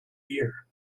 year